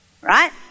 right